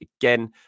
Again